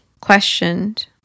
questioned